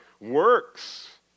works